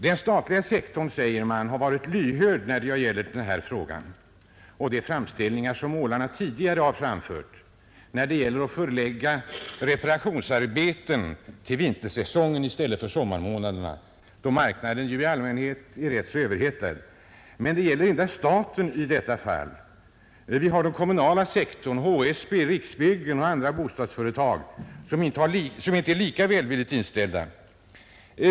Den statliga sektorn har, säges det, varit lyhörd för de framställningar som målarna tidigare gjort om att reparationsarbeten skulle förläggas till vintersäsongen i stället för till sommarmånaderna då marknaden i allmänhet är rätt överhettad. Men det gäller endast staten i detta fall. Inom den kommunala sektorn — HSB, Riksbyggen och andra byggnadsföretag — är man inte lika välvilligt inställd.